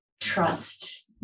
trust